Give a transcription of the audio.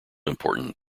important